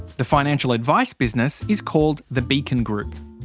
the financial advice business is called the beacon group.